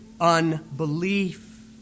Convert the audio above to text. unbelief